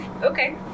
okay